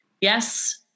Yes